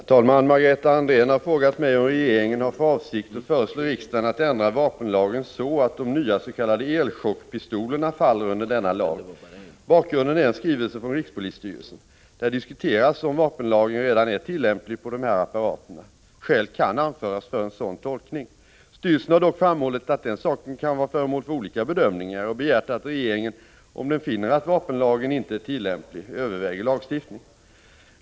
Herr talman! Margareta Andrén har frågat mig om regeringen har för avsikt att föreslå riksdagen att ändra vapenlagen så att de nya s.k. elchockpistolerna faller under denna lag. Bakgrunden är en skrivelse från rikspolisstyrelsen. Där diskuteras om vapenlagen redan är tillämplig på de här apparaterna. Skäl kan anföras för en sådan tolkning. Styrelsen har dock framhållit att den saken kan vara föremål för olika bedömningar och begärt att regeringen, om den finner att vapenlagen inte är tillämplig, överväger lagstiftning.